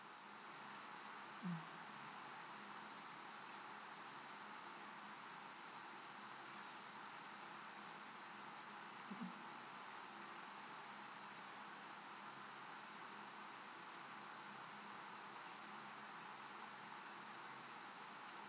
mm